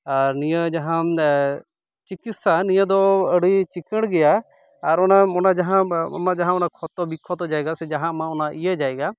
ᱟᱨ ᱱᱤᱭᱟᱹ ᱡᱟᱦᱟᱸᱢ ᱪᱤᱠᱤᱛᱥᱟ ᱱᱤᱭᱟᱹ ᱫᱚ ᱟᱹᱰᱤ ᱪᱤᱠᱟᱹᱲ ᱜᱮᱭᱟ ᱟᱨ ᱚᱱᱟ ᱡᱟᱦᱟᱸ ᱚᱱᱟ ᱡᱟᱦᱟᱸ ᱠᱷᱚᱛᱚ ᱵᱤᱠᱷᱚᱛᱚ ᱡᱟᱭᱜᱟ ᱡᱟᱦᱟᱸ ᱟᱢᱟᱜ ᱚᱱᱟ ᱤᱭᱟᱹ ᱡᱟᱭᱜᱟ